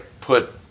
put